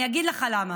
אני אגיד לך למה,